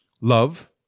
Love